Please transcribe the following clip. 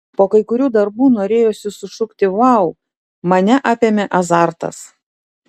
po kai kurių darbų norėjosi sušukti vau mane apėmė azartas